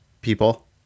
people